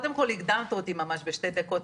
הקדמת אותי בשתי דקות,